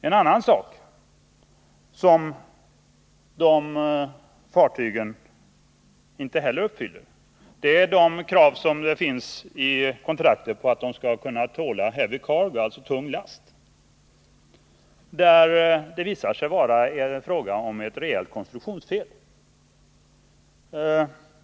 Ett annat krav som de här fartygen inte heller uppfyller är det krav som anges i kontraktet, att de skall kunna tåla heavy cargo, tung last. Det har visat sig vara fråga om ett rejält konstruktionsfel.